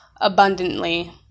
abundantly